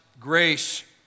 grace